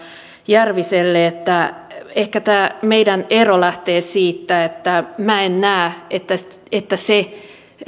järviselle että ehkä tämä meidän eromme lähtee siitä että minä en näe että se